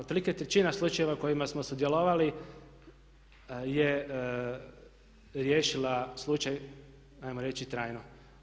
Tolika je trećina slučajeva u kojima smo sudjelovali je riješila slučaj hajmo reći trajno.